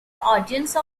audience